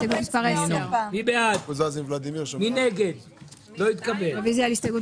גם אני מבקשת להגיש רוויזיה על הכול.